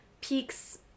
Peaks